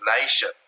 nation